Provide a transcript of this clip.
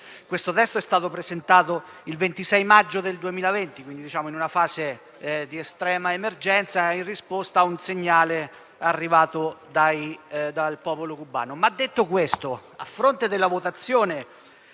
che il testo è stato presentato il 26 maggio del 2020, in una fase di estrema emergenza e in risposta a un segnale arrivato dal popolo cubano. Detto questo, a fronte della votazione